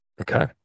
Okay